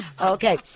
okay